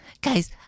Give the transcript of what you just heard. guys